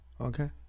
Okay